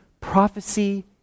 Prophecy